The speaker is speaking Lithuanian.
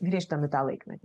grįžtam į tą laikmetį